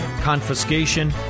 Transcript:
confiscation